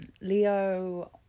Leo